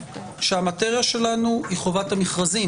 שהמטריה שלנו היא חובת המכרזים,